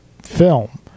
film